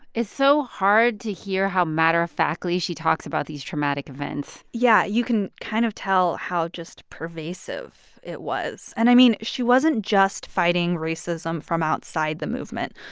it's so hard to hear how matter-of-factly she talks about these traumatic events yeah. you can kind of tell how just pervasive it was. and, i mean, she wasn't just fighting racism from outside the movement.